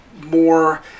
more